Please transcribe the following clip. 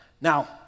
Now